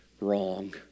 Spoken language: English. wrong